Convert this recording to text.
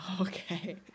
okay